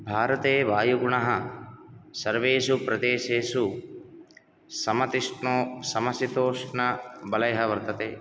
भारते वायुगुणः सर्वेषु प्रदेशेषु समशीतोष्ण बलयः वर्तते